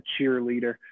cheerleader